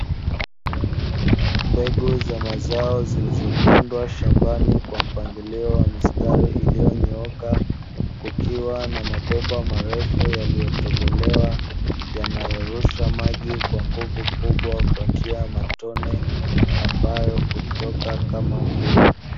Mbegu za mazao zilizopandwa shambani kwa mpangilio wa mistari iliyonyooka, kukiwa na mabomba marefu yaliyotobolewa, yanayorusha maji kwa nguvu kubwa, kwa njia ya matone ambayo hutoka kama mvua.